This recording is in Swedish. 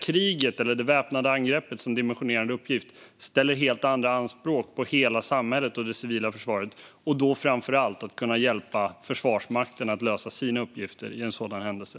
Kriget, eller det väpnade angreppet, som dimensionerande uppgift ställer helt andra anspråk på hela samhället och det civila försvaret, och då framför allt att kunna hjälpa Försvarsmakten att lösa sina uppgifter i en sådan händelse.